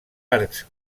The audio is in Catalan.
arcs